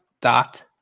dot